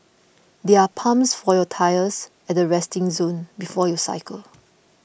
there are pumps for your tyres at the resting zone before you cycle